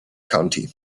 county